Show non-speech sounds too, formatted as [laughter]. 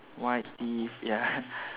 white teeth ya [breath]